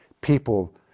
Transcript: people